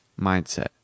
mindset